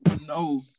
No